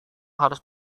harus